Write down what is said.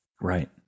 right